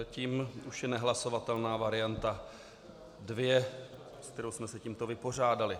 Tím už je nehlasovatelná varianta 2, s kterou jsme se tímto vypořádali.